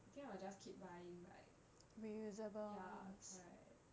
I think I will just keep buying like ya correct